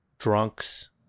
drunks